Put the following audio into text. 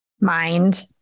mind